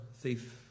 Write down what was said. thief